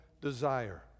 desire